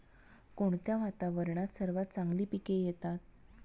कोणत्या वातावरणात सर्वात चांगली पिके येतात?